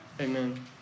Amen